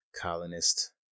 Colonist